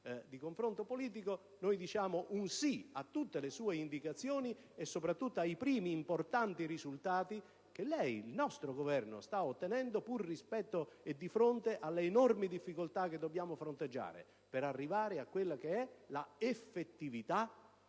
di confronto politico, diciamo un sì a tutte le sue indicazioni e, soprattutto, ai primi importanti risultati che lei, il nostro Governo, sta ottenendo, pur rispetto e di fronte alle enormi difficoltà che dobbiamo fronteggiare per arrivare all'effettività della